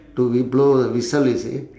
to b~ blow the whistle you see